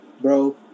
Bro